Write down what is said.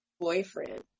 boyfriend